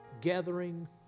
gathering